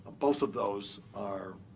both of those are